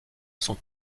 sont